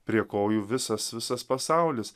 prie kojų visas visas pasaulis